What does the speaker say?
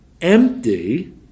empty